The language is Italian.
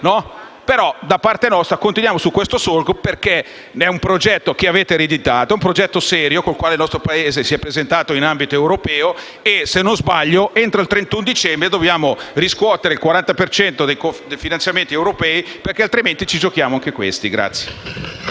nostra intendiamo continuare in questa direzione, perché è un progetto che avete ereditato ed è un progetto serio con il quale il nostro Paese si è presentato in ambito europeo e, se non sbaglio, entro il 31 dicembre dobbiamo riscuotere il 40 per cento dei finanziamenti europei, perché altrimenti ci giochiamo anche questi.